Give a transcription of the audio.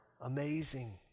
amazing